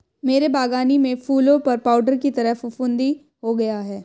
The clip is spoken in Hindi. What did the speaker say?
मेरे बगानी में फूलों पर पाउडर की तरह फुफुदी हो गया हैं